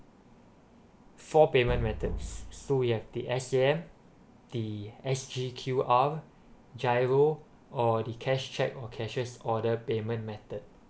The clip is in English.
four payment method so we have the S_A_M the S_G_Q_R giro or the cash cheque or cashiers order payment method